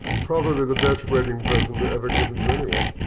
probably the best wedding present ever given to anyone.